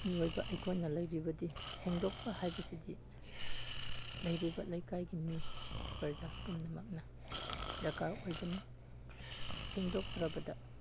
ꯃꯤꯑꯣꯏꯕ ꯑꯩꯈꯣꯏꯅ ꯂꯩꯔꯤꯕꯗꯤ ꯁꯦꯡꯗꯣꯛꯄ ꯍꯥꯏꯕꯁꯤꯗꯤ ꯂꯩꯔꯤꯕ ꯂꯩꯀꯥꯏꯒꯤ ꯃꯤ ꯄꯔꯖꯥ ꯄꯨꯝꯅꯃꯛꯅ ꯗꯔꯀꯥꯔ ꯑꯣꯏꯕꯅꯤ ꯁꯦꯡꯗꯣꯛꯇ꯭ꯔꯕꯗ